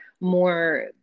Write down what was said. more